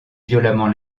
violemment